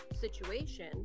situation